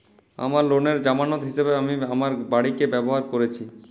আমার লোনের জামানত হিসেবে আমি আমার বাড়িকে ব্যবহার করেছি